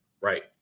Right